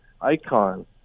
icon